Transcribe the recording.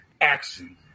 action